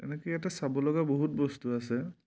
এনেকৈ ইয়াতে চাব লগা বহুত বস্তু আছে